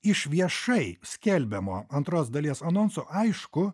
iš viešai skelbiamo antros dalies anonso aišku